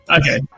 okay